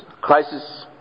crisis